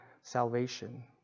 salvation